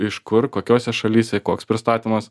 iš kur kokiose šalyse koks pristatymas